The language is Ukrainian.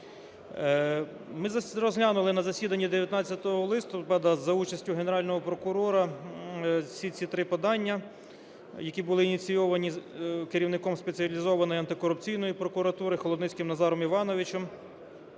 Ми розглянули на засіданні 19 листопада за участю Генерального прокурора всі ці подання, які були ініційовані керівником Спеціалізованої антикорупційної прокуратури Холодницьким Назаром Івановичем